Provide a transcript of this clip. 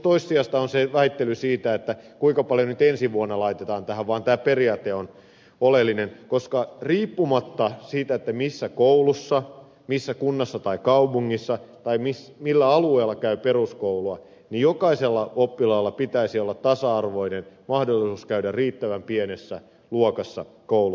minusta toissijaista on väittely siitä kuinka paljon nyt ensi vuonna laitetaan tähän vaan tämä periaate on oleellinen koska riippumatta siitä missä koulussa missä kunnassa tai kaupungissa tai millä alueella käy peruskoulua jokaisella oppilaalla pitäisi olla tasa arvoinen mahdollisuus käydä riittävän pienessä luokassa koulua